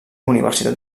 universitat